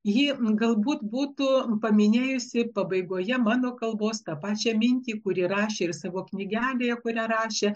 ji galbūt būtų paminėjusi pabaigoje mano kalbos tą pačią mintį kur ji rašė ir savo knygelėje kurią rašė